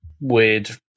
weird